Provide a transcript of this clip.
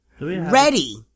ready